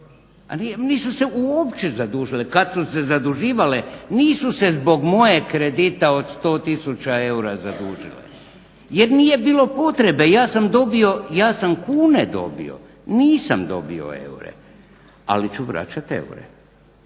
Nisu se uopće zadužile. Kad su se zaduživale nisu se zbog mojeg kredita od 100 000 eura zadužile jer nije bilo potrebe i ja sam dobio kune, nisam dobio eure ali ću vraćat eure.